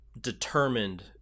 determined